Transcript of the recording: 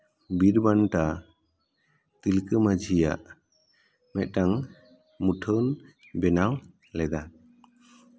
ᱵᱤᱨᱵᱟᱱᱴᱟ ᱛᱤᱞᱠᱟᱹ ᱢᱟᱹᱡᱷᱤᱭᱟᱜ ᱢᱤᱫᱴᱟᱱ ᱢᱩᱴᱷᱟᱹᱱ ᱵᱮᱱᱟᱣ ᱞᱮᱫᱟ